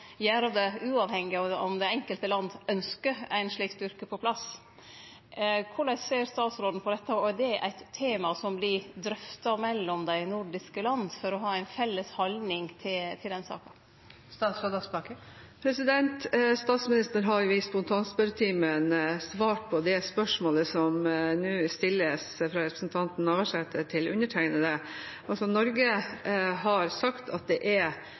det uavhengig av om det enkelte landet ønskjer ein slik styrke på plass. Korleis ser statsråden på dette, og er det eit tema som vert drøfta mellom dei nordiske landa for å ha ei felles haldning til denne saka? Statsministeren har i spontanspørretimen svart på det spørsmålet som nå stilles av representanten Navarsete til undertegnede. Norge har – i likhet med andre, også EU-land – sagt at akkurat det